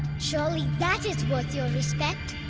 surely that is worth your respect.